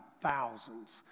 thousands